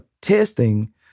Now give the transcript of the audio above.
testing